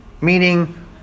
meaning